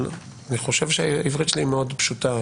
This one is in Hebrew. אני חושב שהעברית שלי מאוד פשוטה,